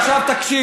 אז עכשיו תקשיבי.